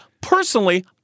personally